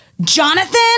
Jonathan